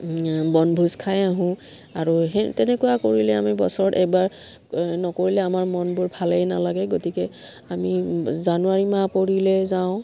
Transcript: বনভোজ খাই আহোঁ আৰু সেই তেনেকুৱা কৰিলে আমি বছৰত এবাৰ নকৰিলে আমাৰ মনবোৰ ভালেই নালাগে গতিকে আমি জানুৱাৰী মাহ পৰিলে যাওঁ